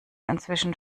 inzwischen